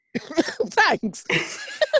thanks